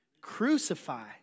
Crucify